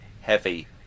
heavy